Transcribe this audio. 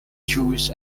jewish